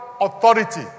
authority